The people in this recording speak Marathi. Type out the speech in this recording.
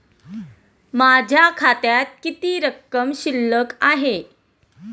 माझ्या खात्यात किती रक्कम शिल्लक आहे?